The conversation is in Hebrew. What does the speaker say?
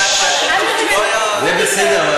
זה בסדר.